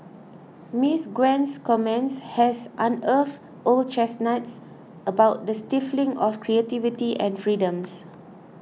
Miss Gwen's comments has unearthed old chestnuts about the stifling of creativity and freedoms